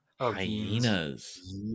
Hyenas